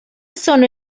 sono